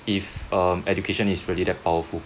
if um education is really that powerful